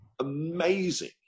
Amazing